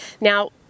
Now